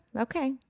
Okay